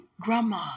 Grandma